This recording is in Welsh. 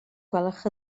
gwelwch